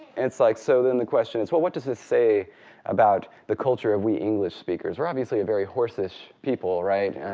and so like so then the question is, well, what does this say about the culture of we english speakers. we're obviously a very horse-ish people, and